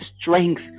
strength